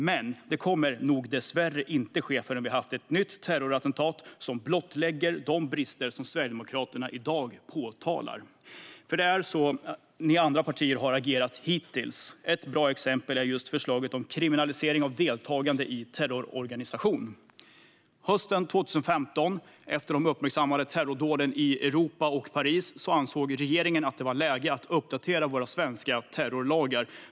Men det kommer nog dessvärre inte att ske förrän vi har haft ett nytt terrorattentat som blottlägger de brister som Sverigedemokraterna i dag påtalar. Det är nämligen på detta sätt som de andra partierna har agerat hittills. Ett bra exempel är just förslaget om kriminalisering av deltagande i terrororganisation. Hösten 2015, efter de uppmärksammade terrordåden i Europa, bland annat i Paris, ansåg regeringen att det var läge att uppdatera våra svenska terrorlagar.